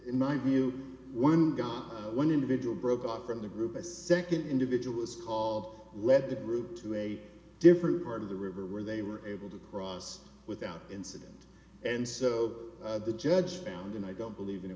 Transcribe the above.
in my view one one individual broke off from the group a second individual is called let the group to a different part of the river where they were able to cross without incident and so the judge found and i don't believe i